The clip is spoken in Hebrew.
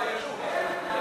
נתקבל.